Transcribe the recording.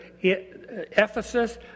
Ephesus